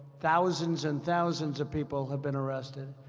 thousands and thousands of people have been arrested.